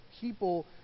people